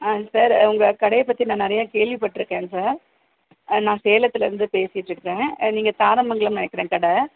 ஆ sir உங்கள் கடையைப் பற்றி நான் நிறையா கேள்விப்பட்டிருக்கேன் சார் நான் சேலத்துலேருந்து பேசிட்டிருக்கேன் நீங்கள் தாரமங்கலம்னு நினக்கிறேன் கடை